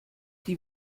die